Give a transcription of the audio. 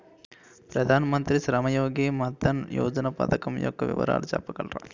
ప్రధాన మంత్రి శ్రమ్ యోగి మన్ధన్ యోజన పథకం యెక్క వివరాలు చెప్పగలరా?